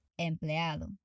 empleado